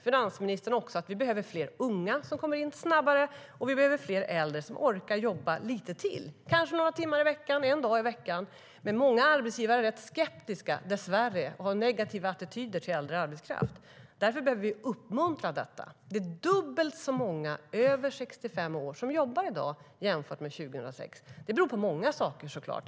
Finansministern vet ju också att vi behöver fler unga som kommer in snabbare och att vi behöver fler äldre som orkar jobba lite till, kanske några timmar i veckan eller en dag i veckan. Men många arbetsgivare är rätt skeptiska, dessvärre, och har negativa attityder till äldre arbetskraft. Därför behöver vi uppmuntra detta. Det är dubbelt så många över 65 år som jobbar i dag, jämfört med 2006. Det beror på många saker, såklart.